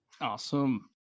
Awesome